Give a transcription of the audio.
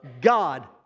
God